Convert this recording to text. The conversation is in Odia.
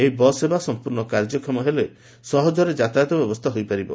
ଏହି ବସ୍ ସେବା ସମ୍ପୂର୍ଣ୍ଣ କାର୍ଯ୍ୟକ୍ଷମ ହେଲେ ସହଜରେ ଯାତାୟାତ ସୁବିଧା ହୋଇପାରିବ